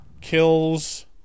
kills